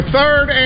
third